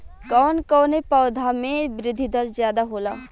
कवन कवने पौधा में वृद्धि दर ज्यादा होला?